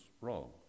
wrong